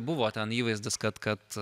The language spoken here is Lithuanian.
buvo ten įvaizdis kad kad